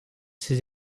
ses